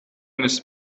eines